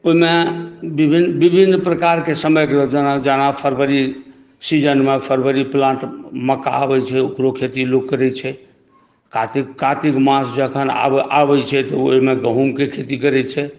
ओहिमे विभिन्न प्रकारके समयके अनुसार जेना फ़रवरी सीजनमे फ़रवरी प्लान्ट मक्का आबै छै ओकरो खेती लोक करै छै कातिक मास जखन आबै छै तऽ ओहिमे गहूँमके खेती करै छै